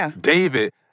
David